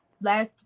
last